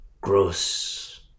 gross